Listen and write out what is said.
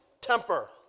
temper